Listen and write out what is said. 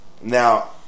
Now